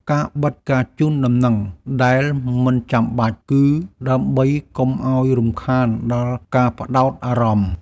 ការបិទការជូនដំណឹង ដែលមិនចាំបាច់ គឺដើម្បីកុំឱ្យរំខានដល់ការផ្តោតអារម្មណ៍។